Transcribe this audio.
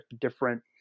different